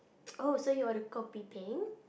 oh you order kopi-peng